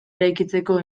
eraikitzeko